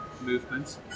movements